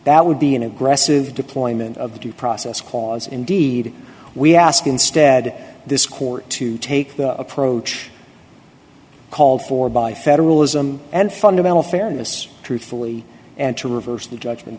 that would be an aggressive deployment of the due process clause indeed we ask instead this court to take the approach called for by federalism and fundamental fairness truthfully and to reverse the judgment